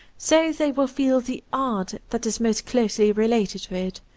so they will feel the art that is most closely related to it.